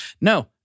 No